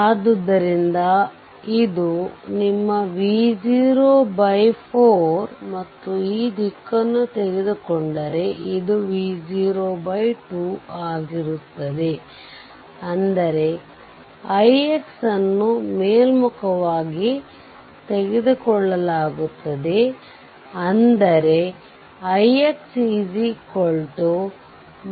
ಆದ್ದರಿಂದ ಇದು ನಿಮ್ಮ V0 4ಮತ್ತು ಈ ದಿಕ್ಕನ್ನು ತೆಗೆದುಕೊಂಡರೆ ಅದು V0 2 ಆಗಿರುತ್ತದೆ ಅಂದರೆ ix ಅನ್ನು ಮೇಲ್ಮುಖವಾಗಿ ತೆಗೆದುಕೊಳ್ಳಲಾಗುತ್ತದೆ ಅಂದರೆ ix V0 2